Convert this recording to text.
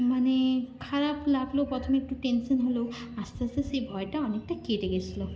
মানে খারাপ লাগল প্রথমে একটু টেনশন হলো আস্তে আস্তে সেই ভয়টা অনেকটা কেটে গিয়েছিল